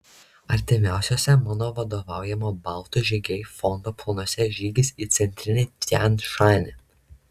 artimiausiuose mano vadovaujamo baltų žygiai fondo planuose žygis į centrinį tian šanį